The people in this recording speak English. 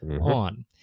on